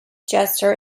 gesture